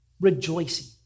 rejoicing